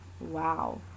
Wow